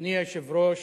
אדוני היושב-ראש,